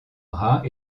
bras